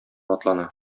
атлана